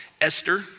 Esther